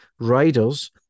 riders